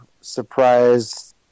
surprised